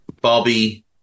Bobby